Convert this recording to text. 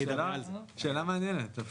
שאלה מעניינת דווקא.